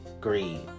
greed